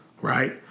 right